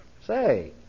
Say